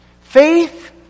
Faith